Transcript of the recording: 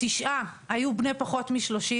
אני גם אבקש להתייחס